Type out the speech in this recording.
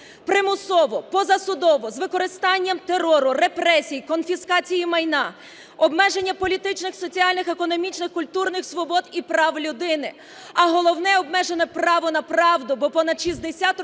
Примусово, позасудово, з використанням терору, репресій, конфіскації майна, обмеження політичних, соціальних, економічних, культурних свобод і прав людини. А головне – обмежене право на правду, бо понад 60 років